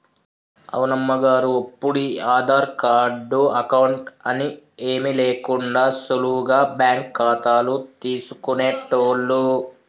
అవును అమ్మగారు ఒప్పుడు ఈ ఆధార్ కార్డు అకౌంట్ అని ఏమీ లేకుండా సులువుగా బ్యాంకు ఖాతాలు తీసుకునేటోళ్లు